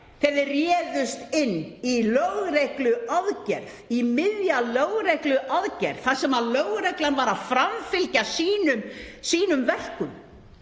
þegar þau réðust inn í lögregluaðgerð, inn í miðja lögregluaðgerð, þar sem lögreglan var að framfylgja sínum verkum,